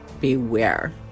beware